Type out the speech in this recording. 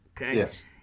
Yes